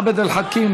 עבד אל חכים,